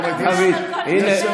הינה,